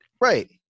Right